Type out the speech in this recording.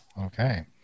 Okay